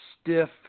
stiff